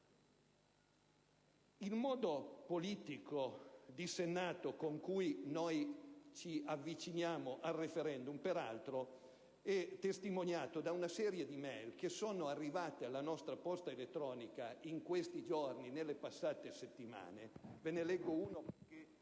Il modo politico dissennato con cui noi ci avviciniamo al *referendum*, peraltro, è testimoniato da una serie di *e-mail* che sono arrivate alla nostra posta elettronica in questi giorni, nelle passate settimane.